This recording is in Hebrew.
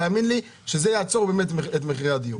האמן לי שזה יעצור באמת את עליית מחירי הדיור.